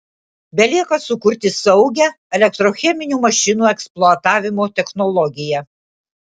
belieka sukurti saugią elektrocheminių mašinų eksploatavimo technologiją